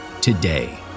today